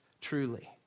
truly